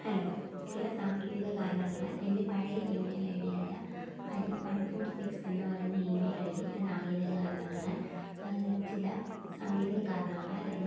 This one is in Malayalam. ഹലോ ചില സാങ്കേതിക കാരണങ്ങളാൽ എൻ്റെ പഴയ ഈമെയിൽ ഐ ഡിയായ ഹരി വൺ ഫോർ സിക്സ് എന്ന് പറയുന്ന ഈമെയിൽ ഐ ഡി ചില സങ്കേതിക കാരണങ്ങളാൽ ചില സങ്കേതിക കാരണങ്ങളാലത്